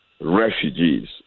refugees